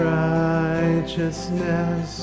righteousness